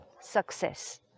success